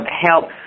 help